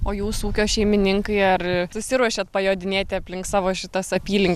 o jūs ūkio šeimininkai ar susiruošiat pajodinėti aplink savo šitas apylinkes